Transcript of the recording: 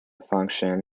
function